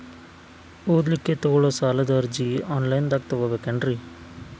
ಓದಲಿಕ್ಕೆ ತಗೊಳ್ಳೋ ಸಾಲದ ಅರ್ಜಿ ಆನ್ಲೈನ್ದಾಗ ತಗೊಬೇಕೇನ್ರಿ?